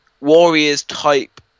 Warriors-type